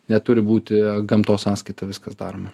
neturi būti gamtos sąskaita viskas daroma